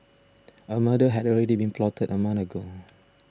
a murder had already been plotted a month ago